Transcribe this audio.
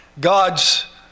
God's